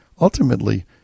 ultimately